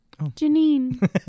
Janine